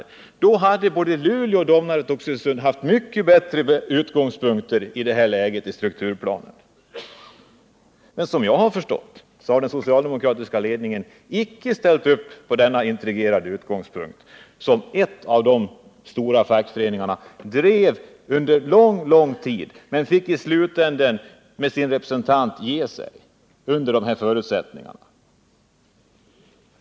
I så fall hade Luleå, Domnarvet och Oxelösund i det här läget haft mycket bättre utgångspunkter i strukturplanen. Men såvitt jag har förstått har den socialdemokratiska ledningen icke ställt upp på denna integrerade produktion. En av de stora fackföreningarna drev frågan under lång tid, men i slutänden fick fackföreningens representant ge sig under de rådande förutsättningarna.